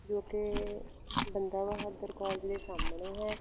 ਜੋ ਕਿ ਬੰਦਾ ਬਹਾਦਰ ਕੋਲਜ ਦੇ ਸਾਹਮਣੇ ਹੈ